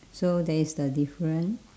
so there is the difference